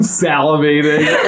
salivating